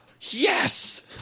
yes